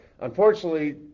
unfortunately